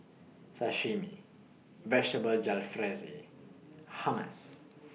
Sashimi Vegetable Jalfrezi Hummus